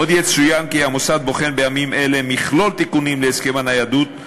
עוד יצוין כי המוסד בוחן בימים אלה מכלול תיקונים להסכם הניידות,